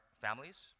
families